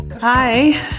Hi